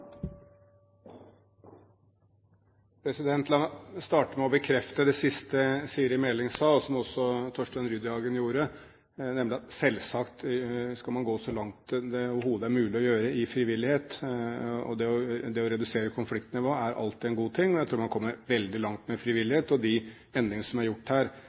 som også Torstein Rudihagen gjorde, nemlig at selvsagt skal man gå så langt det overhodet er mulig å gjøre i frivillighet. Det å redusere konfliktnivået er alltid en god ting, men jeg tror man kommer veldig langt med frivillighet. De endringene som er gjort her,